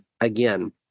again